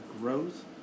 growth